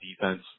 defense